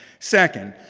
second,